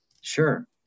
Sure